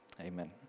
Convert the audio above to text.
Amen